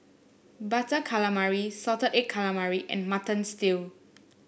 Butter Calamari Salted Egg Calamari and Mutton Stew